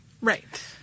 Right